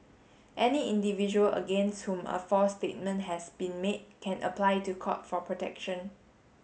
any individual against whom a false statement has been made can apply to court for protection